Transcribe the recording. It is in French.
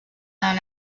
dans